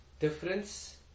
Difference